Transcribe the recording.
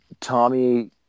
Tommy